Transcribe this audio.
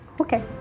Okay